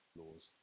laws